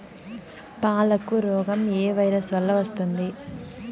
పాలకు రోగం ఏ వైరస్ వల్ల వస్తుంది?